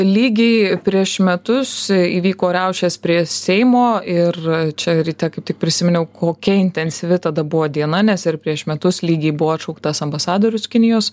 lygiai prieš metus įvyko riaušės prie seimo ir čia ryte kaip tik prisiminiau kokia intensyvi tada buvo diena nes ir prieš metus lygiai buvo atšauktas ambasadorius kinijos